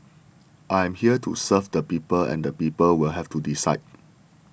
I'm here to serve the people and the people will have to decide